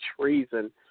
treason